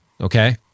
okay